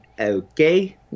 okay